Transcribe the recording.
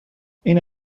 این